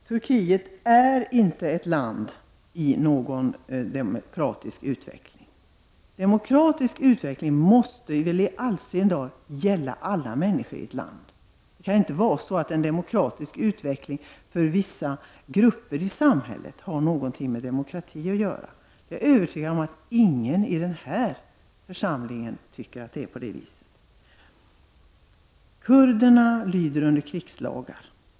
Turkiet är inte ett land i någon demokratisk utveckling. En demokratisk utveckling måste väl i all sin dar gälla alla människor i ett land! Det kan inte vara så att en demokratisk utveckling för vissa grupper i samhället har nå gonting med demokrati att göra. Jag är övertygad om att ingen i den här församlingen anser att det är på det viset. Kurderna lyder under krigslagar.